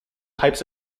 types